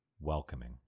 welcoming